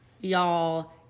y'all